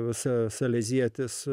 visa salezietis